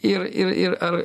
ir ir ir ar